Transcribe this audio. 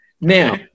Now